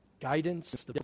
guidance